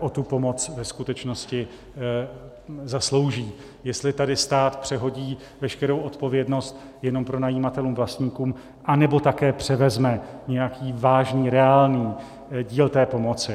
o tu pomoc ve skutečnosti zaslouží, jestli tady stát přehodí veškerou odpovědnost jenom pronajímatelům vlastníkům, anebo také převezme nějaký vážný reálný díl té pomoci.